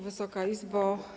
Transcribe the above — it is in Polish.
Wysoka Izbo!